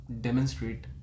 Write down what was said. demonstrate